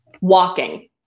walking